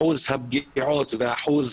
אחוז הפגיעות ואחוז